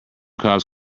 cobs